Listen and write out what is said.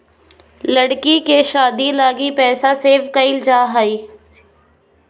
लड़की के शादी लगी पैसा सेव क़इल जा हइ